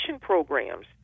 programs